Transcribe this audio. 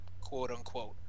quote-unquote